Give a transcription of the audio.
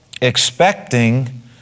expecting